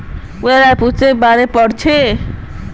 पूजा राष्ट्रीय पेंशन पर्नालिर बारे पढ़ोह